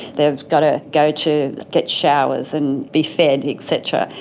they've got to go to get showers and be fed et cetera,